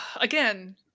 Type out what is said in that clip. again